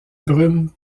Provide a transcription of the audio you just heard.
brumes